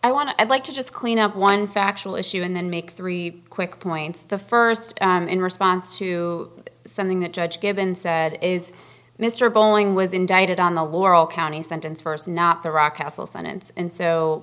i want to i'd like to just clean up one factual issue and then make three quick points the first in response to something that judge given said is mr boeing was indicted on the laurel county sentence first not the rock castle sentence and so